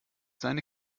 seine